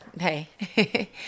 Hey